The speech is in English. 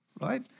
right